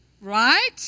Right